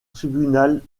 tribunal